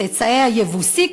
צאצאי היבוסי,